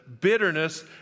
bitterness